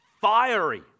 fiery